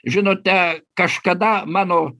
žinote kažkada mano